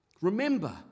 Remember